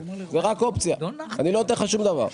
זה רק אופציה אני לא נותן לך שום דבר.